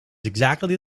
exactly